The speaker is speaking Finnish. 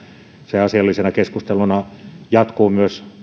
se asiallisena keskusteluna jatkuu myös